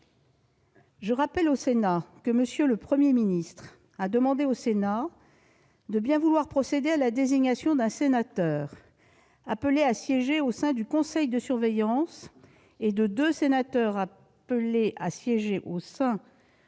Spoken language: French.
Je rappelle que M. le Premier ministre a demandé au Sénat de bien vouloir procéder à la désignation d'un sénateur appelé à siéger au sein du conseil de surveillance et de deux sénateurs appelés à siéger au sein du comité stratégique